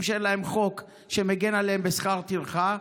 שאין להם חוק שמגן עליהם בשכר טרחה,